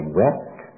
wept